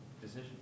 decision